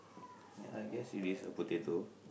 ya I guess it is a potato